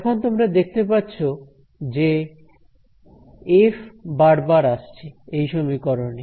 এখন তোমরা দেখতে পাচ্ছ যে এফ বারবার আসছে এই সমীকরণে